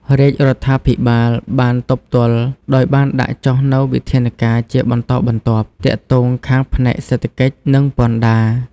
រាជរដ្ឋាភិបាល បានទប់ទល់ដោយបានដាក់ចុះនូវវិធានការណ៍ជាបន្តបន្ទាប់ ទាក់ទងខាងផ្នែក សេដ្ឋកិច្ច និងពន្ធដារ។